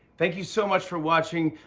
thank you so much for watching,